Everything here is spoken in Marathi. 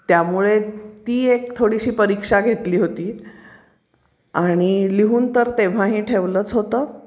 त्यामुळे ती एक थोडीशी परीक्षा घेतली होती आणि लिहून तर तेव्हाही ठेवलंच होतं